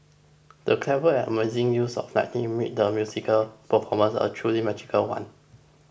the clever and amazing use of lighting made the musical performance a truly magical one